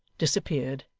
disappeared,